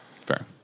Fair